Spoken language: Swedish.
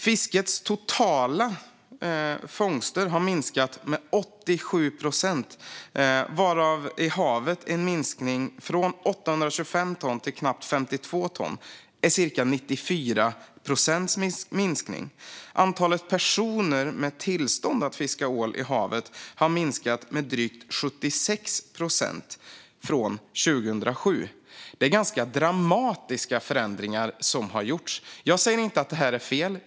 Fiskets totala fångster har minskat med 87 procent. I havet är det en minskning från 825 ton till knappt 52 ton - cirka 94 procents minskning. Antalet personer med tillstånd att fiska ål i havet har minskat med drygt 76 procent från 2007. Det är ganska dramatiska förändringar som har gjorts. Jag säger inte att detta är fel.